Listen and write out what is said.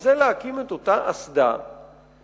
וזה להקים את אותה אסדה בים,